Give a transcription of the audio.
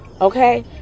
okay